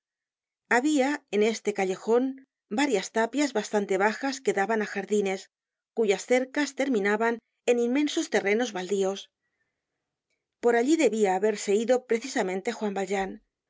habia en este callejon varias tapias bastante bajas que daban á jardines cuyas cercas terminaban en inmensos terrenos baldios por allí debía haberse ido precisamente juan valjean